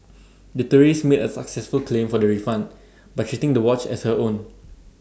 the tourist made A successful claim for the refund by treating the watch as her own